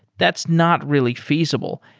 that's not really feasible.